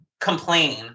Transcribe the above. complain